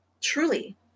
truly